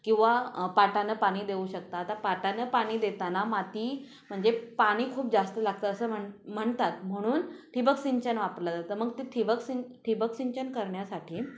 किंवा पाटानं पाणी देऊ शकता आता पाटानं पाणी देताना माती म्हणजे पाणी खूप जास्त लागतं असं म्हण म्हणतात म्हणून ठिबक सिंचन वापरलं जातं मग ते ठिबक सिं ठिबक सिंचन करण्यासाठी